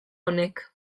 honek